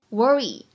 worry